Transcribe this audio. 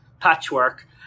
Patchwork